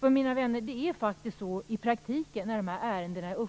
För mina vänner, det är faktiskt så i praktiken när de här ärendena är